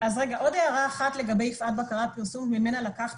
עוד הערה אחת לגבי 'יפעת-בקרה ופרסום' ממנה לקחת